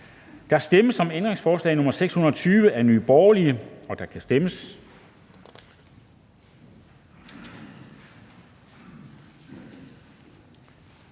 Der stemmes om ændringsforslag nr. 630 af NB, og der kan stemmes.